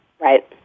Right